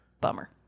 Bummer